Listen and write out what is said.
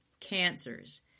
cancers